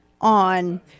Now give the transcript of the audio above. on